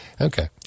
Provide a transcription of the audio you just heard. Okay